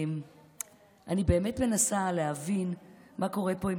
אני באמת מנסה להבין מה קורה פה,